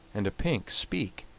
and a pink speak,